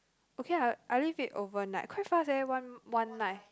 okay lah I leave it overnight quite fast leh one one night